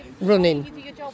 running